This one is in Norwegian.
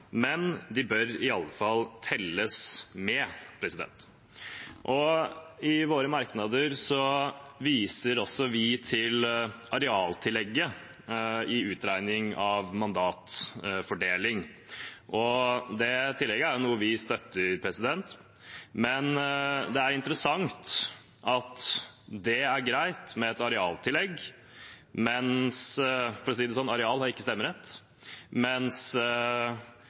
men de bør i alle fall telles med. I våre merknader viser vi til arealtillegget i utregningen av mandatfordelingen. Det tillegget er noe vi støtter, men det er interessant at det er greit med et arealtillegg, mens